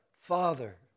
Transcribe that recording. Father